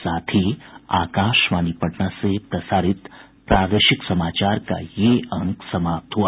इसके साथ ही आकाशवाणी पटना से प्रसारित प्रादेशिक समाचार का ये अंक समाप्त हुआ